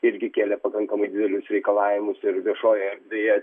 irgi kėlė pakankamai didelius reikalavimus ir viešojoj erdvėje